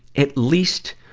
at least,